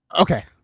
Okay